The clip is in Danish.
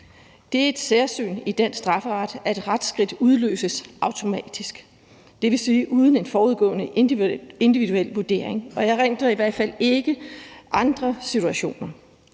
Det er et særsyn i dansk strafferet, at retsskridt udløses automatisk, dvs. uden en forudgående individuel vurdering. Jeg erindrer i hvert fald ikke andre situationer.